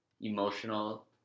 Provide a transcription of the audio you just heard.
emotional